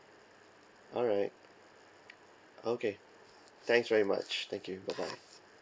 alright okay thanks very much thank you bye bye